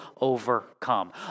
overcome